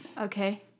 Okay